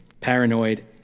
Paranoid